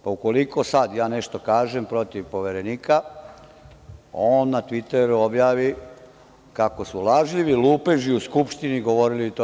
Pa, ukoliko, sad ja nešto kažem protiv poverenika, on na Tviteru objavi kako su lažljivi lupeži u Skupštini govorili to i to.